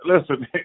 listen